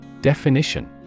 Definition